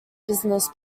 business